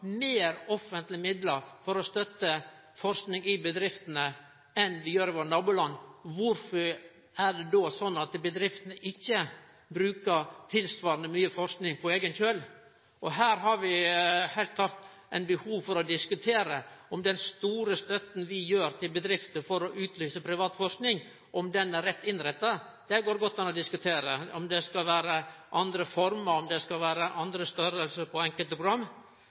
meir offentlege midlar for å stø forsking i bedriftene enn det dei gjer i våre naboland. Kvifor er det da slik at bedriftene ikkje bruker tilsvarande mykje på forsking på eiga hand? Her har vi heilt klart eit behov for å diskutere om den store støtta vi gir til bedrifter for å utløyse privat forsking, er rett innretta. Det går godt an å diskutere om det skal vere i andre former, eller om det skal vere andre storleikar på enkelte